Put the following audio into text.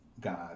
God